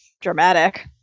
Dramatic